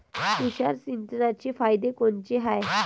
तुषार सिंचनाचे फायदे कोनचे हाये?